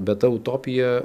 bet ta utopija